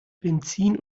benzin